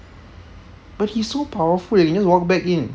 but he so powerful he can just walk back in